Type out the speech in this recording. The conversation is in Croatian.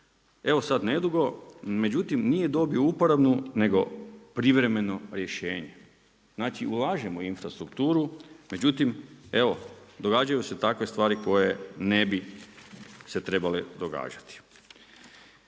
evo sad nedugo, međutim nije dobio uporabnu, nego privremeno rješenje. Znači ulažemo u infrastrukturu, međutim evo događaju se takve stvari koje ne bi se trebale događati.